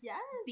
Yes